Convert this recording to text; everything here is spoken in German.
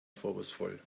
vorwurfsvoll